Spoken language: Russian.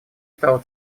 стала